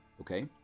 Okay